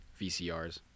VCRs